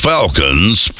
Falcons